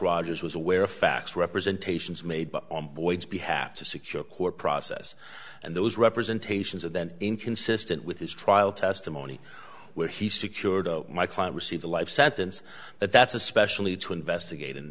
rogers was aware of facts representations made by boyd's behalf to secure court process and those representation and then inconsistent with his trial testimony where he secured my client received a life sentence that that's especially to investigate